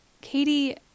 Katie